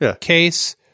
case